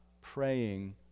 praying